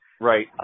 Right